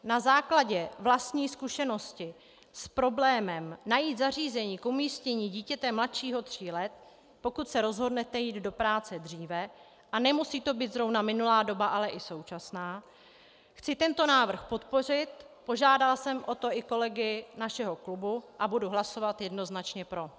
Na základě vlastní zkušenosti s problémem najít zařízení k umístění dítěte mladšího tří let, pokud se rozhodnete jít do práce dříve, a nemusí to být zrovna minulá doba, ale i současná, chci tento návrh podpořit, požádala jsem o to i kolegy našeho klubu, a budu hlasovat jednoznačně pro.